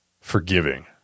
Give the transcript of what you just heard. forgiving